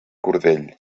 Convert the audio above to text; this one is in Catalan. cordell